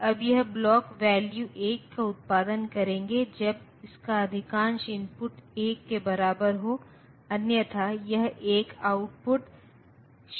अब यह block value 1 का उत्पादन करेंगे जब इसका अधिकांश इनपुट 1 के बराबर हो अन्यथा यह एक 0 आउटपुट देगा